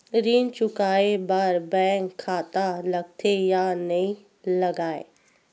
ऋण चुकाए बार बैंक खाता लगथे या नहीं लगाए?